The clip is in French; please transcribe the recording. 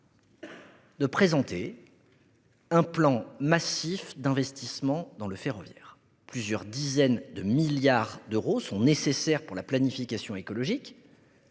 de présenter un plan massif d'investissements dans le ferroviaire. Plusieurs dizaines de milliards d'euros sont nécessaires pour la planification écologique,